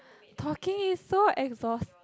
talking is so exhaust~